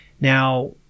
Now